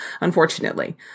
unfortunately